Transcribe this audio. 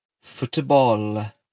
Football